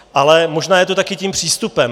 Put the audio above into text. Ale možná je to také tím přístupem.